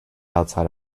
outside